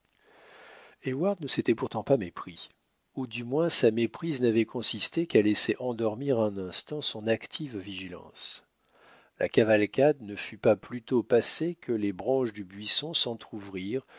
heyward ne s'était pourtant pas mépris ou du moins sa méprise n'avait consisté qu'à laisser endormir un instant son active vigilance la cavalcade ne fut pas plus tôt passée que les branches du buisson s'entrouvrirent